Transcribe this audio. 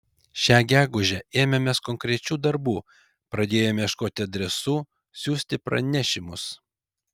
šią gegužę ėmėmės konkrečių darbų pradėjome ieškoti adresų siųsti pranešimus